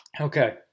Okay